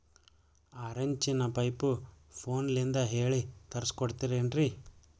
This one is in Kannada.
ಆರಿಂಚಿನ ಪೈಪು ಫೋನಲಿಂದ ಹೇಳಿ ತರ್ಸ ಕೊಡ್ತಿರೇನ್ರಿ?